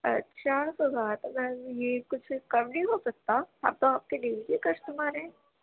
اچھا تو بات میم یہ کچھ کم نہیں ہو سکتا ہم تو آپ کے ڈیلی کسٹمر ہیں